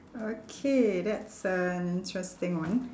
okay that's a interesting one